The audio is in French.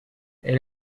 elle